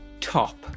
top